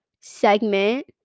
segment